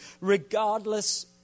regardless